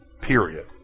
Period